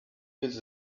his